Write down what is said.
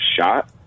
shot